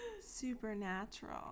supernatural